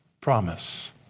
promise